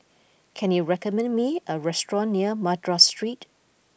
can you recommend me a restaurant near Madras Street